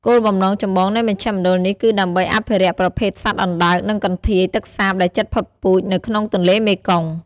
គោលបំណងចម្បងនៃមជ្ឈមណ្ឌលនេះគឺដើម្បី អភិរក្សប្រភេទសត្វអណ្ដើក និងកន្ធាយទឹកសាបដែលជិតផុតពូជ នៅក្នុងទន្លេមេគង្គ ។